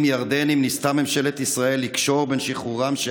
ירדנים ניסתה ממשלת ישראל לקשור בין שחרורם של